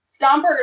Stomper